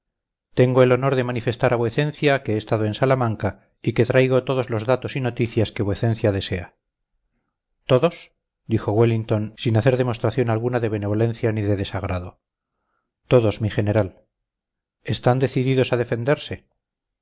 tengo el honor de manifestar a vuecencia que he estado en salamanca y que traigo todos los datos y noticias que vuecencia desea todos dijo wellington sin hacer demostración alguna de benevolencia ni de desagrado todos mi general están decididos a defenderse